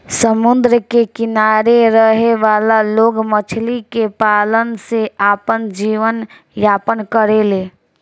समुंद्र के किनारे रहे वाला लोग मछली के पालन से आपन जीवन यापन करेले